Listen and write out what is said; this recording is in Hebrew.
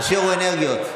תשאירו אנרגיות.